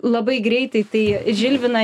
labai greitai tai žilviną